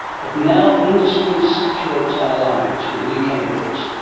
but now industry saturates our lives with new chemicals,